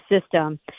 system –